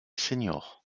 seniors